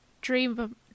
dream